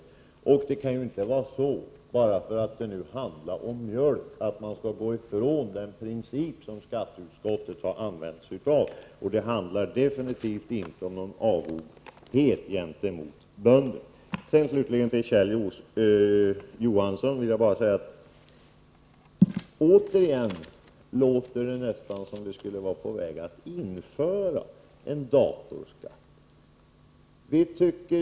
Bara därför att det nu handlar om mjölk kan man inte gå ifrån en princip som skatteutskottet har använt sig av. Det handlar definitivt inte om någon avoghet gentemot bönderna. Slutligen vill jag till Kjell Johansson bara säga att det återigen låter som om vi var på väg att införa en datorskatt.